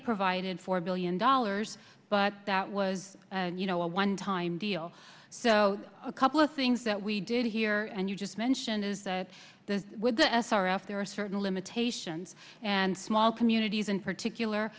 provided four billion dollars but that was you know a one time deal so a couple of things that we did here and you just mentioned is that with the s r s there are certain limitations and small communities in particular